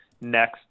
next